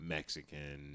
Mexican